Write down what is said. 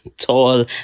tall